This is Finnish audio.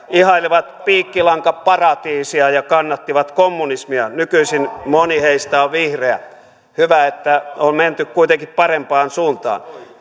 ihailivat piikkilankaparatiisia ja kannattivat kommunismia nykyisin moni heistä on vihreä hyvä että on menty kuitenkin parempaan suuntaan